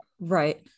Right